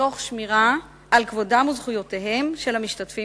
תוך שמירה על כבודם וזכויותיהם של המשתתפים